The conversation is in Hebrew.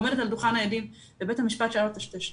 עומדת על דוכן העדים ובית המשפט שאל אותה שתי שאלות.